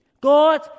God